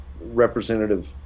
representative